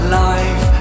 life